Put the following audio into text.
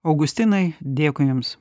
augustinai dėkui jums